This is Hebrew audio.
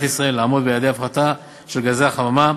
ישראל לעמוד ביעדי ההפחתה של פליטות גזי חממה.